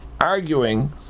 arguing